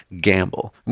gamble